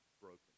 broken